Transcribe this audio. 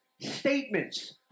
statements